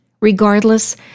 Regardless